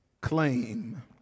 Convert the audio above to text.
claim